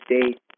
state